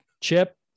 Chip